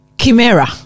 Chimera